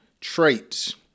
traits